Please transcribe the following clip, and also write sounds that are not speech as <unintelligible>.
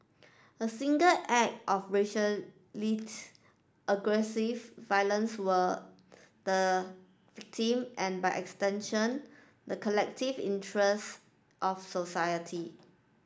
a single act of racially <unintelligible> aggressive violence were the victim and by extension the collective interest of society